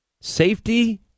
Safety